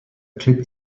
clip